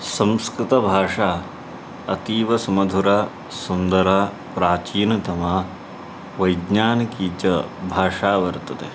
संस्कृतभाषा अतीवसुमधुरा सुन्दरा प्राचीनतमा वैज्ञानिकी च भाषा वर्तते